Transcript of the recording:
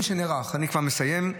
אני כבר מסיים.